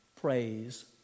praise